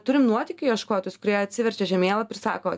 turim nuotykių ieškotojus kurie atsiverčia žemėlapį ir sako